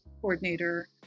coordinator